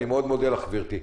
אני מאוד מודה לך, גברתי.